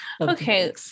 okay